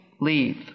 leave